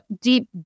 deep